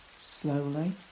Slowly